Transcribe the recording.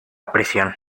presión